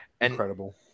Incredible